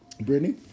Brittany